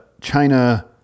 China